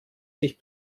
sich